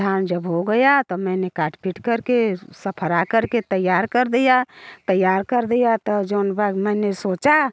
धान जब हो गया तब मैंने काट पीट कर के सब सफ़रा कर के तैयार कर दिया तैयार कर दिया तब जौन बाद मैंने सोचा